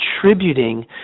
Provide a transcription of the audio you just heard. contributing